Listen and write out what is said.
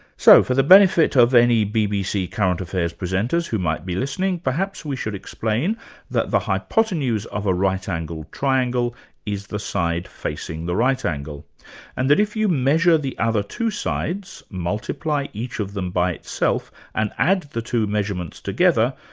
so for the benefit of any bbc current affairs presenters who might be listening, perhaps we should explain that the hypotenuse of a right-angled triangle is the side facing the right angle and that if you measure the other two sides, multiply each of them by itself and add the two measurements together,